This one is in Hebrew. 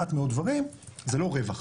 מעט מאוד דברים, זה לא רווח.